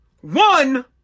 one